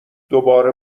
دوباره